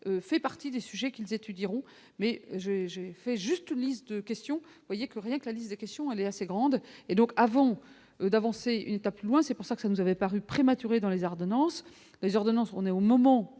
fait partie des sujets qu'ils étudieront, mais j'ai, j'ai fait juste une liste de questions, voyez que rien que la liste des questions, elle est assez grande, et donc avant d'avancer une étape loin, c'est pour ça que nous avait paru prématurée dans les Ardennes, les ordonnances sont au moment